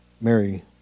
Mary